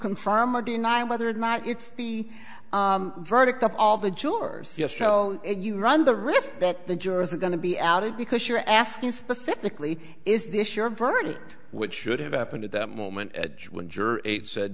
confirm or deny whether or not it's the verdict of all the jurors yes so you run the risk that the jurors are going to be outed because you're asking specifically is this your verdict which should have happened at that moment edge when juror eight said